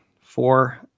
Four